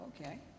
okay